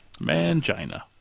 Mangina